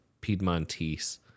Piedmontese